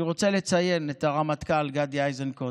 אני רוצה לציין את הרמטכ"ל גדי איזנקוט,